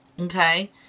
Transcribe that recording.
Okay